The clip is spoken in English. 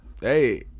Hey